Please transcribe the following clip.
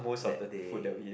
that they